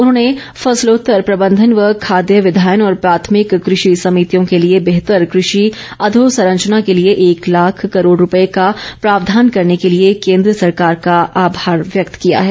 उन्होंने फसलोत्तर प्रबंधन व खाद्य विधायन और प्राथमिक कृषि समितियों के लिए बेहतर कृषि अधोसंरचना के लिए एक लाख करोड़ रुपये का प्रावधान करने के लिए केंद्र सरकार का आभार व्यक्त किया है